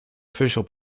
official